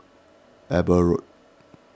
Eber Road